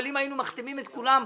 אבל אם היינו מחתימים את כולם,